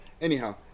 Anyhow